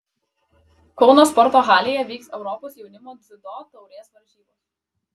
kauno sporto halėje vyks europos jaunimo dziudo taurės varžybos